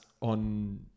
on